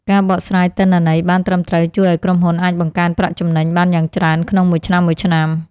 ការបកស្រាយទិន្នន័យបានត្រឹមត្រូវជួយឱ្យក្រុមហ៊ុនអាចបង្កើនប្រាក់ចំណេញបានយ៉ាងច្រើនក្នុងមួយឆ្នាំៗ។